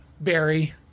Barry